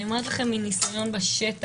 אני אומרת לכם מניסיון בשטח,